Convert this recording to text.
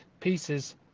pieces